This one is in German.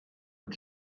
mit